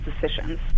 decisions